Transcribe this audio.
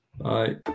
bye